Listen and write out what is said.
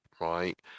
right